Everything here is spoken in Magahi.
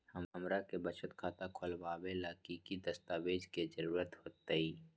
हमरा के बचत खाता खोलबाबे ला की की दस्तावेज के जरूरत होतई?